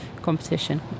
competition